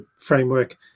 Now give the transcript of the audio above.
framework